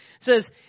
says